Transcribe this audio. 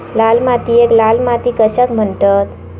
लाल मातीयेक लाल माती कशाक म्हणतत?